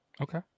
Okay